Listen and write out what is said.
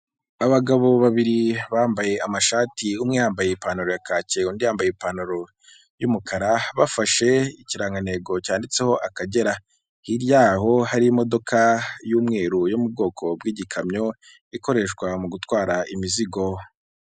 Abagabo babiri bambaye amashati umwe yambaye ipantaro ya kake undi yambaye ipantaro y'umukara, bafashe ikirangantego cyanditseho Akagera, hirya yaho hari imodoka y'umweru yo mu bwoko bw'igikamyo ikoreshwa mu gutwara imizigo.